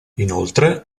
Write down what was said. inoltre